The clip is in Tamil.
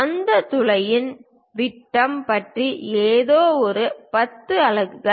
அந்த துளையின் விட்டம் பற்றி ஏதோ இது 10 அலகுகள்